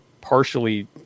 partially